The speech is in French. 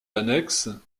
annexes